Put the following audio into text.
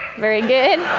very good.